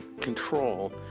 control